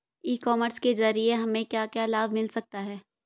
ई commerce के ज़रिए हमें क्या क्या लाभ मिल सकता है?